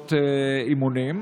ובתאונות אימונים.